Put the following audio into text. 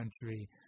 country